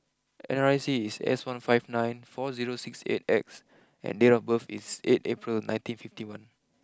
N R I C is S one five nine four zero six eight X and date of birth is eight April nineteen fifty one